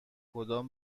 کدام